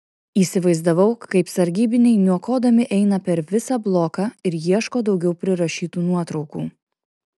įsivaizdavau kaip sargybiniai niokodami eina per visą bloką ir ieško daugiau prirašytų nuotraukų